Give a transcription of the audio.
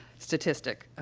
statistic, um,